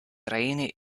raine